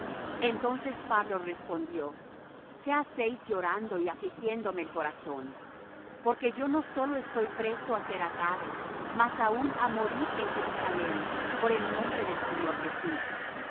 entonces pablo respondió qué hacéis llorando y afligiéndome el corazón porque yo no sólo estoy presto á ser atado mas aun á morir en jerusalem por el nombre del señor jesús